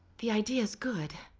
the idea is good,